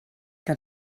que